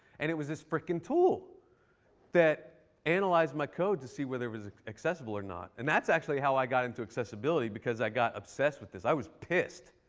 and it was this fricking tool that analyzed my code to see whether it was accessible or not. and that's actually how i got into accessibility. because i got obsessed with this. i was pissed